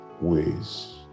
ways